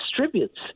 distributes